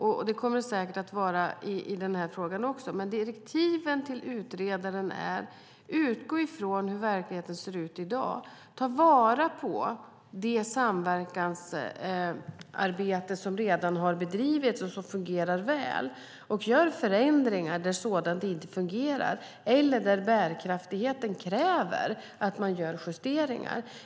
Så kommer det säkert att bli också i den här frågan. Direktiven till utredaren är att utgå från hur verkligheten ser ut i dag, att ta vara på det samverkansarbete som redan har bedrivits och fungerar väl och att göra förändringar i sådant som inte fungerar eller där bärkraftigheten kräver att man gör justeringar.